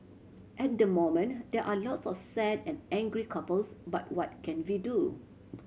at the moment there are a lots of sad and angry couples but what can we do